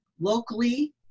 locally